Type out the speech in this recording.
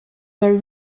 were